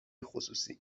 خصوصی